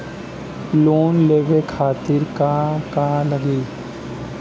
Loan लेवे खातीर का का लगी?